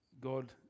God